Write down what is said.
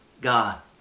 God